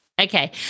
Okay